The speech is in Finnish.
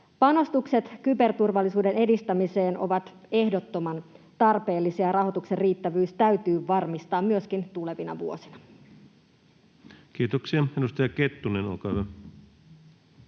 Panostukset kyberturvallisuuden edistämiseen ovat ehdottoman tarpeellisia, ja rahoituksen riittävyys täytyy varmistaa myöskin tulevina vuosina. [Speech 291] Speaker: